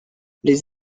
les